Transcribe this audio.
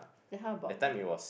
then how about like